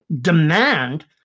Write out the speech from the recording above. demand